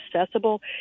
accessible